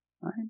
Right